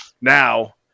now